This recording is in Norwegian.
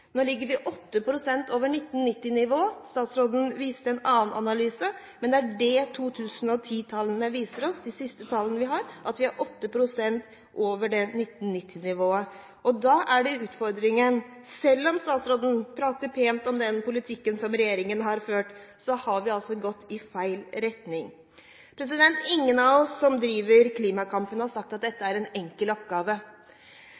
Nå ligger vi 8 pst. over 1990-nivå. Statsråden viste en annen analyse, men det er det 2010-tallene viser oss – de siste tallene vi har – at vi er 8 pst. over 1990-nivået. Da er utfordringen: Selv om statsråden prater pent om den politikken som regjeringen har ført, har vi altså gått i feil retning. Ingen av oss som driver klimakampen, har sagt at